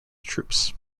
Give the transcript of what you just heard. troops